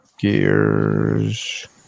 Gears